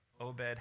Obed